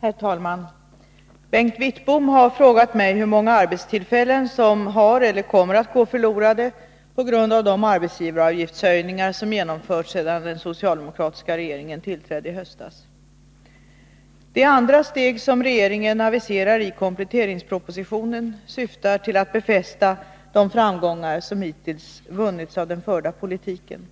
Herr talman! Bengt Wittbom har frågat mig hur många arbetstillfällen som har gått eller kommer att gå förlorade på grund av de arbetsgivaravgiftshöjningar som genomförts sedan den socialdemokratiska regeringen tillträdde i höstas. Det andra steg som regeringen aviserar i kompletteringspropositionen syftar till att befästa de framgångar som hittills vunnits av den förda politiken.